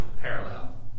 parallel